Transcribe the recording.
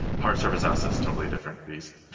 hard surface assets, totally different piece,